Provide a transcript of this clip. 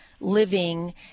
living